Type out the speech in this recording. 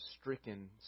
Stricken